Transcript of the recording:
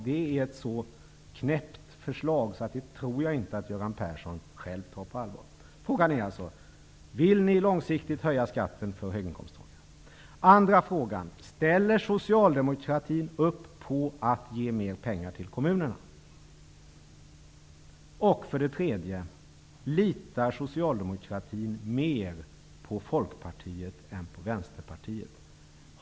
Det är ett så knäppt förslag att jag inte tror att Göran Persson själv tar det på allvar. Litar socialdemokratin mer på Folkpartiet än på Vänsterpartiet?